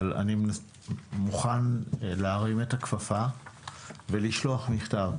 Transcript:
אבל אני מוכן להרים את הכפפה ולשלוח מכתב.